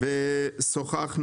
אני מניח שאתה זוכר